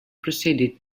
proceeded